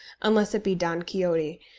unless it be don quixote,